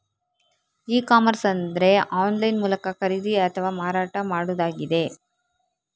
E commerce ಅಂದ್ರೆ online ಮೂಲಕ ಖರೀದಿ ಅಥವಾ ಮಾರಾಟ ಮಾಡುದಾಗಿದೆ